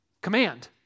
command